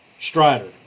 Strider